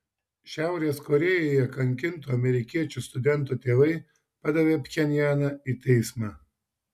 šiaurės korėjoje kankinto amerikiečių studento tėvai padavė pchenjaną į teismą